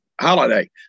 holiday